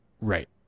Right